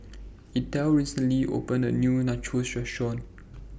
Ethel recently opened A New Nachos Restaurant